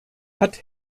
hat